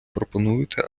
пропонуєте